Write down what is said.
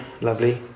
lovely